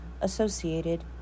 Associated